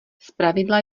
zpravidla